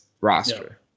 roster